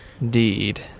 Indeed